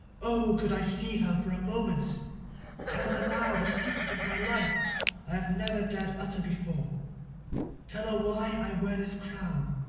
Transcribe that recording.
oh, could i see her for a moment tell her now the secret of my life i have never dared utter before tell her why i wear this crown,